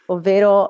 Ovvero